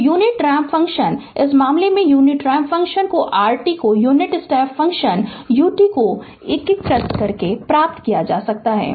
तो unit ramp function इस मामले में यूनिट रैंप फ़ंक्शन rt को यूनिट स्टेप फ़ंक्शन ut को एकीकृत करके प्राप्त किया जा सकता है